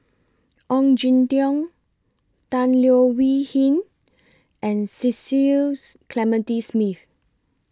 Ong Jin Teong Tan Leo Wee Hin and Cecil Clementi Smith